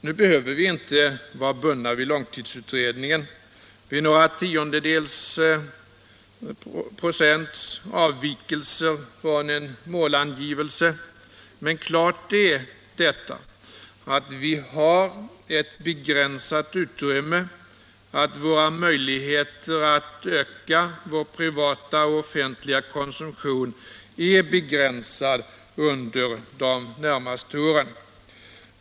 Nu behöver vi inte vara bundna vid några tiondels procents avvikelse från en målangivelse i långtidsutredningen. Men det står klart att vi har ett begränsat utrymme och att våra möjligheter att öka vår privata och offentliga konsumtion är begränsade under de närmaste åren.